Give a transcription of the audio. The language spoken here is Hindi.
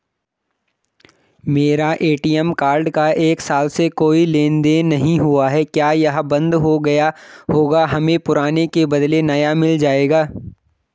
मेरा ए.टी.एम कार्ड का एक साल से कोई लेन देन नहीं हुआ है क्या यह बन्द हो गया होगा हमें पुराने के बदलें नया मिल जाएगा?